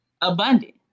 abundant